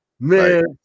Man